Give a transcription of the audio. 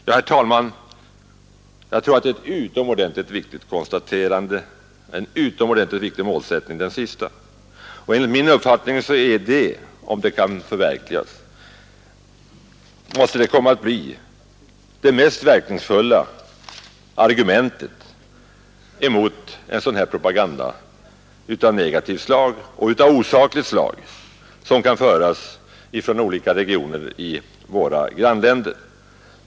Jag tror, herr talman, att det sistnämnda är ett utomordentligt viktigt konstaterande och en utomordentligt viktig målsättning. Enligt min uppfattning måste detta, om det kan förverkligas, bli det mest verkningsfulla argumentet emot en sådan här propaganda av negativt och osakligt slag som kan föras från olika regioner i våra grannländer.